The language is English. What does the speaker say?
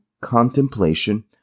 contemplation